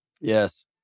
Yes